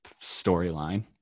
storyline